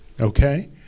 Okay